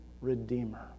redeemer